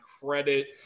credit